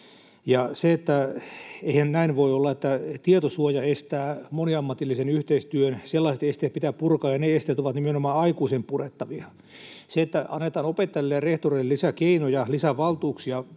eihän näin voi olla, että tietosuoja estää moniammatillisen yhteistyön. Sellaiset esteet pitää purkaa, ja ne esteet on nimenomaan aikuisten purettava. Se, että annetaan opettajille ja rehtoreille lisää keinoja, lisää valtuuksia